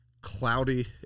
cloudy